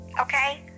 okay